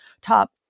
top